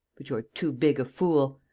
but you're too big a fool.